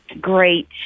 great